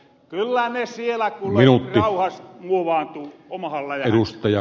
kyllä ne siellä kuule rauhas muovaantuu omahan läjähän